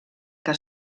que